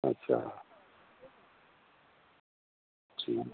अच्छा ठीक